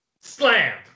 Slam